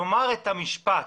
לומר את המשפט